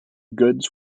goods